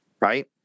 right